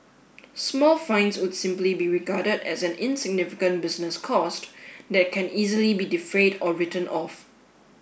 small fines would simply be regarded as an insignificant business cost that can easily be defrayed or written off